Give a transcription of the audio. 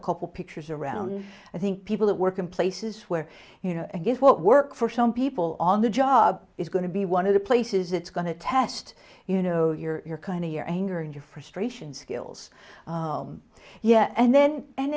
a couple pictures around i think people that work in places where you know i guess what works for some people on the job is going to be one of the places it's going to test you know your kind of your anger and your frustrations skills yeah and then and